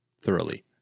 thoroughly